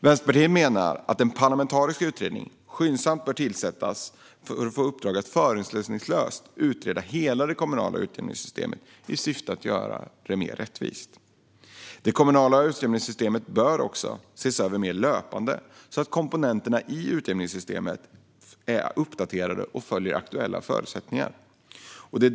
Vänsterpartiet menar att en parlamentarisk utredning skyndsamt bör tillsättas och få i uppdrag att förutsättningslöst utreda hela det kommunala utjämningssystemet i syfte att göra det mer rättvist. Det kommunala utjämningssystemet bör också ses över mer löpande så att komponenterna i utjämningssystemet är uppdaterade och följer aktuella förutsättningar.